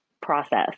process